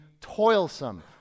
toilsome